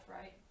right